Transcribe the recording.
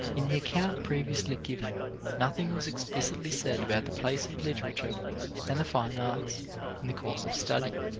in the account previously given nothing was explicitly said about the place of literature and the fine arts in the course of study.